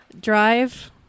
Drive